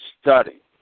study